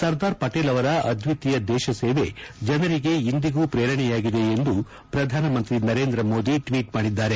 ಸರ್ದಾರ್ ಪಟೇಲ್ ಅವರ ಅದ್ವಿತೀಯ ದೇಶ ಸೇವೆ ಜನರಿಗೆ ಇಂದಿಗೂ ಪ್ರೇರಣೆಯಾಗಿದೆ ಎಂದು ಪ್ರಧಾನಮಂತ್ರಿ ನರೇಂದ್ರ ಮೋದಿ ಟ್ವೀಟ್ ಮಾಡಿದ್ದಾರೆ